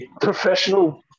Professional